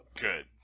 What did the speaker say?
Good